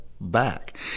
back